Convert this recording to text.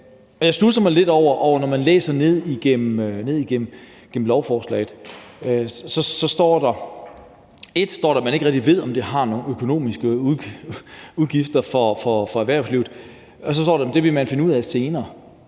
Jeg studser lidt over, at der står, når jeg læser ned igennem lovforslaget, at man ikke rigtig ved, om det har nogle økonomiske konsekvenser for erhvervslivet, men at det vil man finde ud af senere.